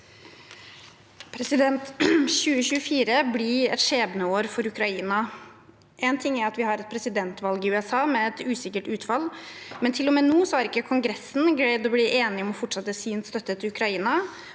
2024 blir et skjebneår for Ukraina. Én ting er at vi har et presidentvalg i USA med et usikkert utfall, men heller ikke nå har Kongressen greid å bli enige om å fortsette sin støtte til Ukraina.